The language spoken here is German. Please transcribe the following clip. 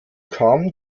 kam